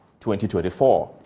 2024